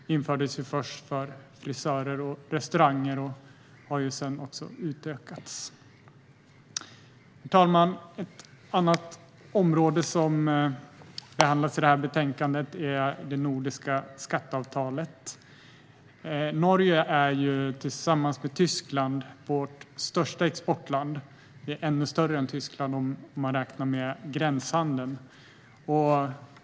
Det infördes först för frisörer och restauranger och har sedan utökats. Herr talman! Ett annat område som behandlas i betänkandet är det nordiska skatteavtalet. Norge är tillsammans med Tyskland våra största exportländer - Norge är ännu större än Tyskland om man räknar med gränshandel.